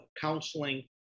counseling